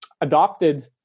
adopted